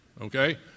okay